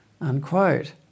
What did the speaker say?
Unquote